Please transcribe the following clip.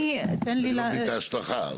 אני מבין את ההשלכה.